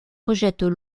rejettent